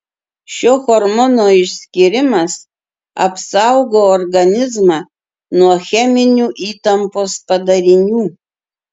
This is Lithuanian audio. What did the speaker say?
šio hormono išskyrimas apsaugo organizmą nuo cheminių įtampos padarinių